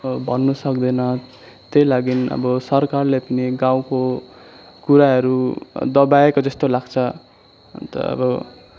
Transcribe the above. भन्नु सक्दैन त्यही लागि सरकारले पनि गाउँको कुराहरू दबाएको जस्तो लाग्छ अन्त अब